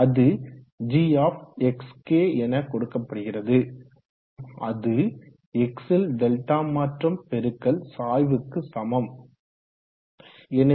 அது g எனக் கொடுக்கப்படுகிறது அது X ல் டெல்டா மாற்றம் பெருக்கல் சாய்வுக்கு சமம் ∂g∂x ஆகும்